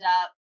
up